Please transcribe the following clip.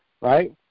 right